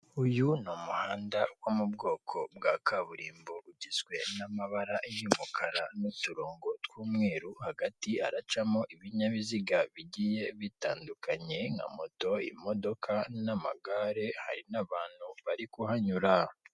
Uyu ni umuhanda wo mu bwoko bwa kaburimbo ugizwe n'amabara y'umukara n'uturongo tw'umweru hagati haracamo ibinyabiziga bigiye bitandukanye nka moto, imodoka n'amagare, hari n'abantu bari kuhanyura.